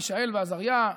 מישאל ועזריה,